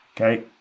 Okay